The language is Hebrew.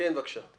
כן, בבקשה.